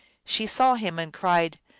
she saw him, and cried,